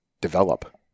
develop